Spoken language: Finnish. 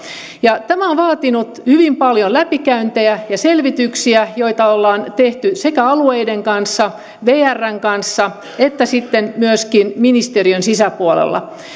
tämä on vaatinut hyvin paljon läpikäyntejä ja selvityksiä joita ollaan tehty sekä alueiden ja vrn kanssa että sitten myöskin ministeriön sisäpuolella